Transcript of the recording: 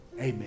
amen